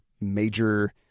major